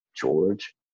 George